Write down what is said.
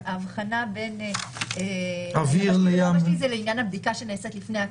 ההבחנה לעניין הבדיקה שנעשית לפני הכניסה.